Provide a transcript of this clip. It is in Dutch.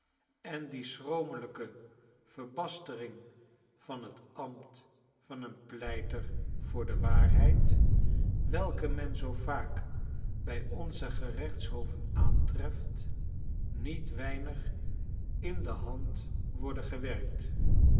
en die boston schromelijke verbastering van t ambt van een pleiter voor de waarheid welke men zoo vaak bij onze gerechtshoven aantreft niet weinig in de hand worden